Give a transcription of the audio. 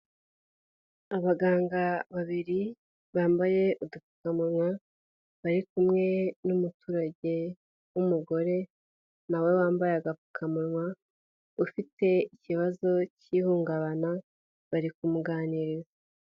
Abaganga babiri bambaye udupfukamunwa, bari kumwe n'umuturage w'umugore na we wambaye agapfukamunwa, ufite ikibazo cy'ihungabana, bari kumuganiriza.